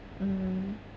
mm